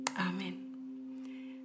Amen